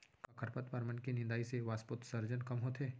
का खरपतवार मन के निंदाई से वाष्पोत्सर्जन कम होथे?